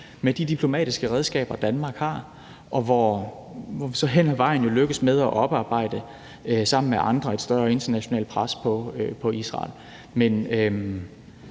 med de diplomatiske redskaber, Danmark har, og hvor man så hen ad vejen er lykkedes med at oparbejde, sammen med andre, et større internationalt pres på Israel.